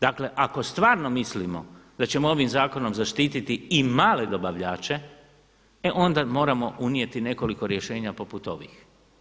Dakle, ako stvarno mislimo da ćemo ovim zakonom zaštititi i male dobavljače, e onda moramo unijeti nekoliko rješenja poput ovih.